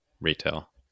retail